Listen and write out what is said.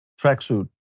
tracksuit